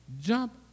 jump